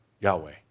Yahweh